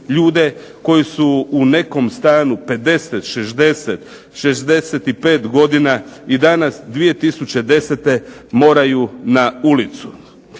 ljude koji su u nekom stanu 50, 60, 65 godina i danas 2010. moraju na ulicu.